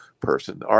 person